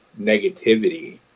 negativity